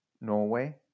Norway